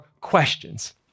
questions